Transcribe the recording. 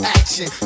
action